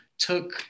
took